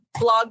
blog